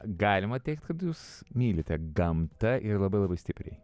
galima teigt kad jūs mylite gamtą ir labai labai stipriai